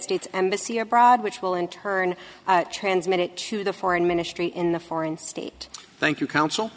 states embassy abroad which will in turn transmit it to the foreign ministry in the foreign state thank you counsel